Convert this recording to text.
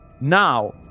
Now